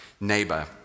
neighbor